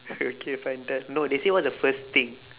okay fine then no they say what is the first thing